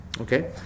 Okay